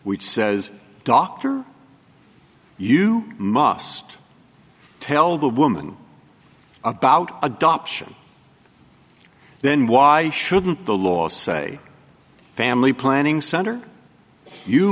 which says doctor you must tell the woman about adoption then why shouldn't the law say family planning center you